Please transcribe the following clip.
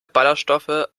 ballerstoffe